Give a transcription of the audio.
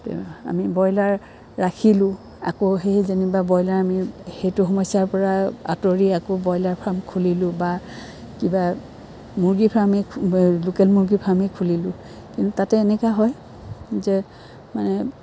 আমি ব্ৰইলাৰ ৰাখিলোঁ আকৌ সেই যেনিবা ব্ৰইলাৰ আমি সেইটো সমস্যাৰ পৰা আতঁৰি আকৌ ব্ৰইলাৰ ফাৰ্ম খুলিলোঁ বা কিবা মূৰ্গী ফাৰ্মেই লোকেল মূৰ্গীৰ ফাৰ্মেই খুলিলোঁ কিন্তু তাতে এনেকুৱা হয় যে মানে